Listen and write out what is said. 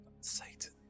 Satan